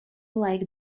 like